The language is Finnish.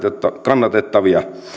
kannatettavia